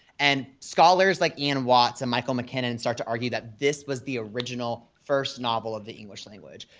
and scholars like ian watts and michael mckinnon and start to argue that this was the original, first novel of the english language.